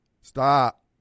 Stop